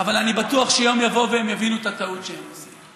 אבל אני בטוח שיום יבוא והם יבינו את הטעות שהם עושים.